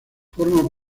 forma